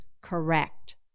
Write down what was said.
correct